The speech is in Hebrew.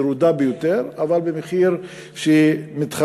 ירודה ביותר אבל במחיר שמתחרה,